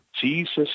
Jesus